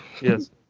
Yes